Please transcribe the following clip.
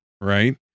right